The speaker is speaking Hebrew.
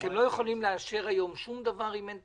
אתם לא יכולים לאשר היום שום דבר אם אין תקציב?